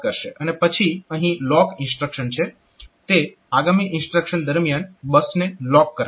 અને પછી અહીં લોક ઇન્સ્ટ્રક્શન છે તે આગામી ઇન્સ્ટ્રક્શન દરમિયાન બસને લોક કરશે